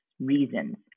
reasons